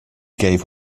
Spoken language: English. gave